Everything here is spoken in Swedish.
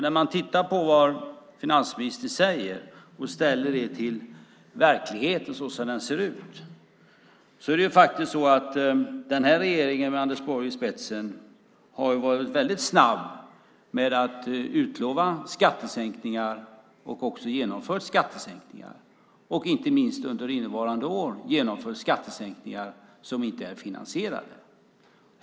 När man tittar på vad finansministern säger och sätter detta i relation till hur verkligheten ser ut har denna regering med Anders Borg i spetsen varit väldigt snabb med att utlova skattesänkningar och också genomföra skattesänkningar och inte minst under innevarande år genomfört skattesänkningar som inte är finansierade.